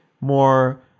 more